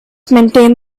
maintained